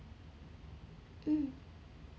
mm